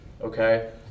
okay